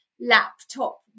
laptop